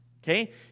Okay